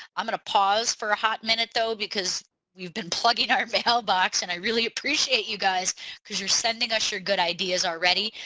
i'm gonna pause for a hot minute though because we've been plugging our mailbox and i really appreciate you guys because you're sending us your good ideas already.